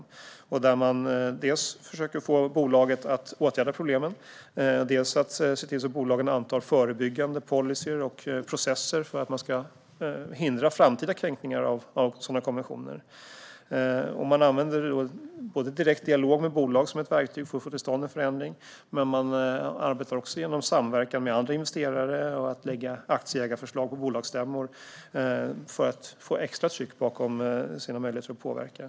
Man försöker dels få bolag att åtgärda problem, dels se till att bolagen antar förebyggande policyer och processer för att hindra framtida kränkningar av sådana konventioner. Man använder direkt dialog med bolag som ett verktyg för att få till stånd en förändring, men man arbetar också genom att samverka med andra investerare och lägga fram aktieägarförslag på bolagsstämmor för att sätta extra tryck bakom sina möjligheter att påverka.